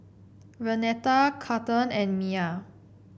Renata Cathern and Miya